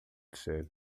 dizer